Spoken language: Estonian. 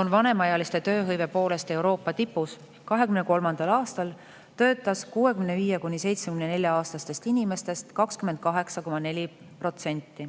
on vanemaealiste tööhõive poolest Euroopa tipus. 2023. aastal töötas 65–74‑aastastest inimestest 28,4%.